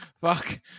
fuck